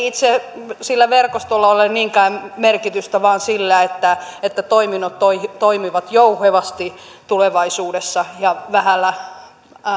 itse sillä verkostolla ole niinkään merkitystä vaan sillä että että toiminnot toimivat toimivat jouhevasti tulevaisuudessa ja vähällä